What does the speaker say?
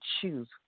choose